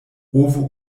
ovo